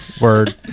Word